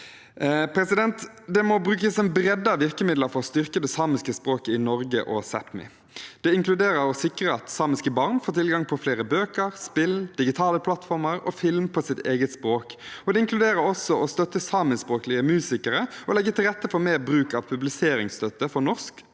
det. Det må brukes et bredt utvalg av virkemidler for å styrke det samiske språket i Norge og Sápmi. Det inkluderer å sikre at samiske barn får tilgang på flere bøker, spill, digitale plattformer og filmer på sitt eget språk, og det inkluderer også å støtte samiskspråklige musikere og legge til rette for mer bruk av publiseringsstøtte for norsk